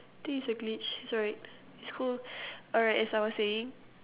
think is a glitch it's alright it's cool alright as I was saying